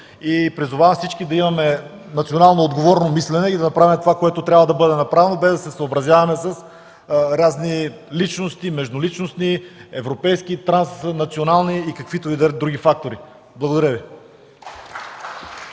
Призовавам всички да имаме национално отговорно мислене и да направим това, което трябва да бъде направено, без да се съобразяваме с разни личностни, междуличностни, европейски, транснационални и каквито и да е други фактори! Благодаря Ви.